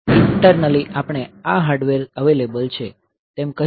internally આપણે આ hardware available છે તેમ કહી શકીએ